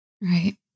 Right